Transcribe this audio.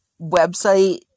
website